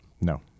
No